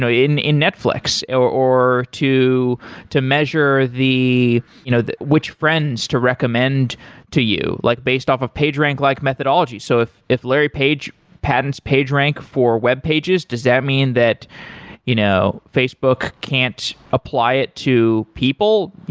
in in netflix, or or to to measure the you know the which friends to recommend to you, like based off of pagerank-like methodology. so if if larry page patents pagerank for web pages, does that mean that you know facebook can't apply it to people?